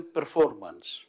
performance